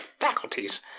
faculties